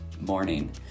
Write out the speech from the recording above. morning